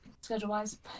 schedule-wise